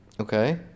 Okay